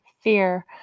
Fear